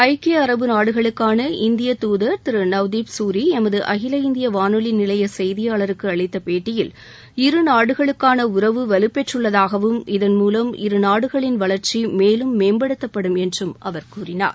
ஐக்கிய அரபு நாடுகளுக்காள இந்திய துதர் நவ்தீப் சூரி எமது அகில இந்திய வானொலி நிலைய செய்தியாளருக்கு அளித்த பேட்டியில் இரு நாடுகளுக்கான உறவு வலுப்பெற்றுள்ளதாகவும் இதன் மூலம் இரு நாடுகளின் வளர்ச்சி மேலும் மேம்படுத்தப்படும் என்றும் அவர் கூநினார்